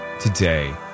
today